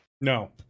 No